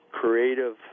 creative